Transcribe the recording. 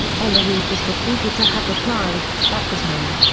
olerud was reported to have replied, that was me.